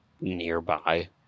nearby